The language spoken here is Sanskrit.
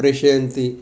प्रेषयन्ति